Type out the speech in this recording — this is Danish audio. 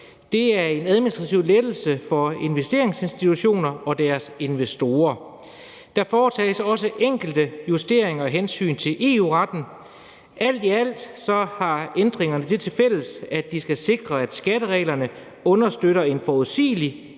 Det er en administrativ lettelse for investeringsinstitutioner og deres investorer. Der foretages også enkelte justeringer af hensyn til EU-retten. Alt i alt har ændringerne det til fælles, at de skal sikre, at skattereglerne understøtter en forudsigelig,